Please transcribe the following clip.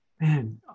Man